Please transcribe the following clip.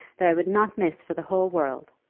that i would not miss for the whole world.